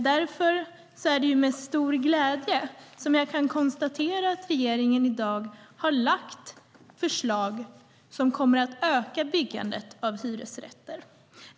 Därför är det med stor glädje som jag kan konstatera att regeringen i dag har lagt fram förslag som kommer att öka byggandet av hyresrätter.